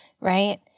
right